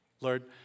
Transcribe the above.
Lord